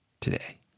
today